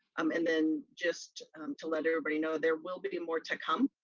um and then just to let everybody know, there will be more to come,